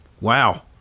Wow